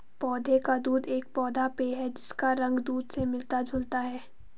पौधे का दूध एक पौधा पेय है जिसका रंग दूध से मिलता जुलता है